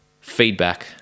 feedback